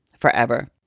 forever